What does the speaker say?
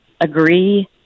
agree